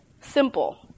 simple